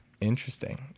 Interesting